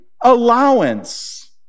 allowance